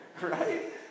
right